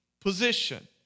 position